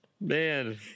Man